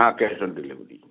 हाँ cash on delivery